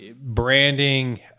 branding